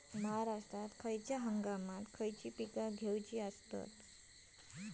महाराष्ट्रात खयच्या हंगामांत खयची पीका घेतत?